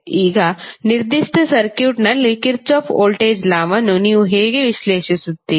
ಈಗ ನಿರ್ದಿಷ್ಟ ಸರ್ಕ್ಯೂಟ್ನಲ್ಲಿ ಕಿರ್ಚಾಫ್ ವೋಲ್ಟೇಜ್ ಲಾವನ್ನು ನೀವು ಹೇಗೆ ವಿಶ್ಲೇಷಿಸುತ್ತೀರಿ